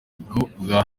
bwa